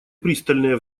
пристальное